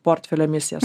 portfelio emisijas